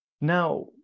Now